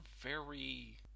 very-